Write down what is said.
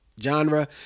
genre